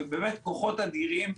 באמת כוחות אדירים,